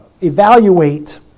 evaluate